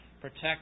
protect